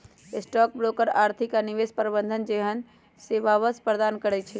stock broker आर्थिक आऽ निवेश प्रबंधन जेहन सेवासभ प्रदान करई छै